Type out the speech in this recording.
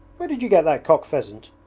where did you get that cock pheasant?